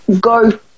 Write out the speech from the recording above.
go